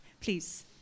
Please